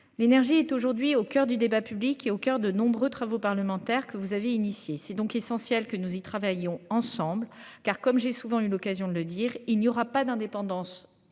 L'énergie est aujourd'hui au coeur du débat public est au coeur de nombreux travaux parlementaires que vous avez initiée c'est donc essentiel que nous y travaillons ensemble car comme j'ai souvent eu l'occasion de le dire, il n'y aura pas d'indépendance